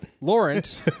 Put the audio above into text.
Lawrence